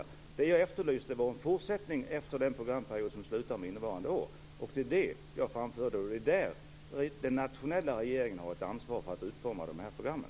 Det som jag efterlyste var en fortsättning efter den programperiod som slutar med innevarande år, och den nationella regeringen har ett ansvar för att utforma de här programmen.